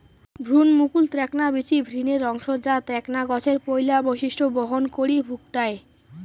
ভ্রুণমুকুল এ্যাকনা বীচি ভ্রূণের অংশ যা এ্যাকনা গছের পৈলা বৈশিষ্ট্য বহন করি ভুকটায়